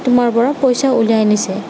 তোমাৰ পৰা পইচা উলিয়াই নিছে